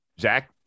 Zach